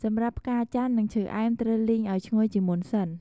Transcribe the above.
សម្រាប់ផ្កាចាន់ នឹងឈើអែមត្រូវលីងអោយឈ្ងុយជាមុនសិន។